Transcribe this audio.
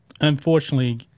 Unfortunately